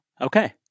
Okay